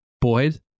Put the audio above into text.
Boyd